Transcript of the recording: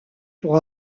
pour